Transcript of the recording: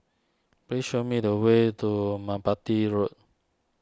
please show me the way to Merpati Road